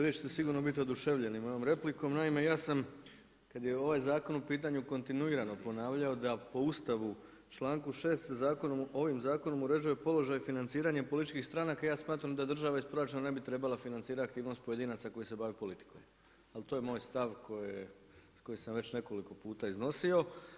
Vi ćete sigurno biti oduševljeni mojom replikom, naime ja sam kad je ovaj zakon u pitanju, kontinuirano ponavljao da po Ustavu, u članku 6. se ovim zakonom uređuje položaj financiranja političkih stranaka, ja smatram da država iz proračuna ne bi trebala financirati aktivnost pojedinaca koji se bave politikom, ali to je moj stav koji sam već nekoliko puta iznosio.